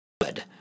good